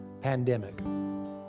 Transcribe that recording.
pandemic